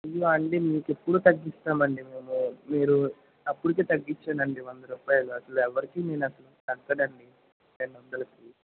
ఇవా అండీ మీకు ఎప్పుడు తగ్గిస్తామండీ మేము మీరు అప్పటికి తగ్గించానండీ వంద రూపాయలు అసలు ఎవ్వరికి నేను అసలు తగ్గదండీ రెండు వందలకి